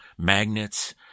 magnets